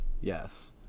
yes